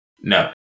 No